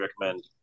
recommend